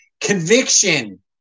Conviction